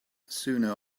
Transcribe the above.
sooner